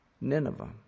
Nineveh